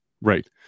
Right